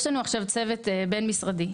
יש לנו עכשיו צוות בין משרדי,